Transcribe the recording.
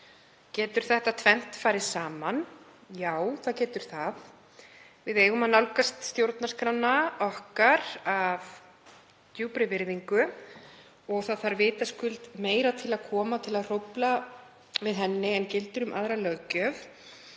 Getur það tvennt farið saman? Já, það getur það. Við eigum að nálgast stjórnarskrána okkar af djúpri virðingu og það þarf vitaskuld meira til að koma til að hrófla við henni en gildir um aðra löggjöf.